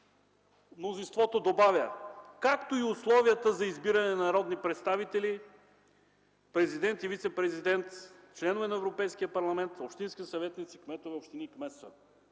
мнозинството добавя: „както и условията за избиране на народни представители, президент и вицепрезидент, членове на Европейския парламент, общински съветници, кметове на общини и кметства”.